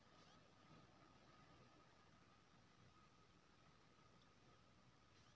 तेजपात केर बहुत प्रयोग छै तरकारी बनाबै मे आ दही पोरय सनक काज मे